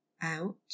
out